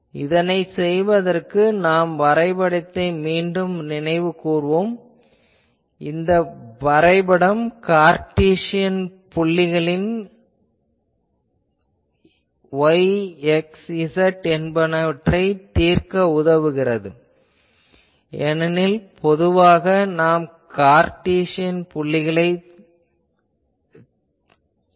ஆகவே இதனைச் செய்வதற்கு நாம் வரைபடத்தை மீண்டும் நினைவு கூர்வோம் இந்த வரைபடம் கார்ட்டீசியன் புள்ளிகளின் y x z என்பனவற்றை தீர்க்க உதவுகிறது ஏனெனில் பொதுவாக நாம் கார்ட்டீசியன் புள்ளிகளைத் தீர்ப்போம்